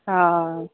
हा